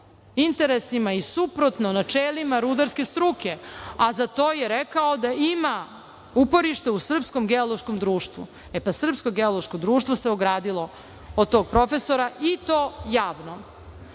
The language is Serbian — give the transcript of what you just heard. interesima i suprotno načelima rudarske struke, a za to je rekao da ima uporišta u Srpskom geološkom društvu. E, pa Srpsko geološko društvo se ogradilo od tog profesora i to